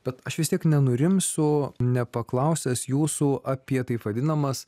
bet aš vis tiek nenurims o nepaklausęs jūsų apie taip vadinamas